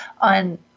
on